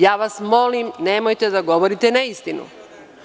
Ja vas molim, nemojte da govorite neistinu.